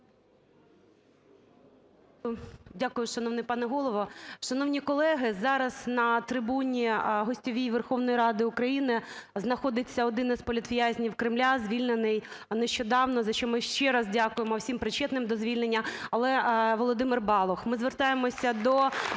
Дякую, шановний пане Голово. Шановні колеги, зараз на трибуні гостьовій Верховної Ради України знаходиться один із політв’язнів Кремля, звільнений нещодавно, за що ми ще раз дякуємо всім причетним до звільнення. Але… Володимир Балух.